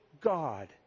God